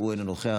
אינו נוכח,